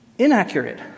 Inaccurate